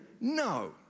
no